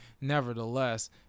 nevertheless